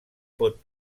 pot